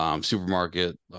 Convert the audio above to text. supermarket